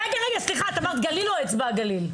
רגע אמרת גליל או אצבע הגליל?